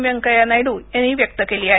व्यंकय्या नायडू यांनी व्यक्त केली आहे